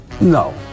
No